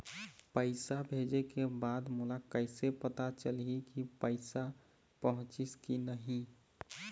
पैसा भेजे के बाद मोला कैसे पता चलही की पैसा पहुंचिस कि नहीं?